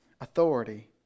authority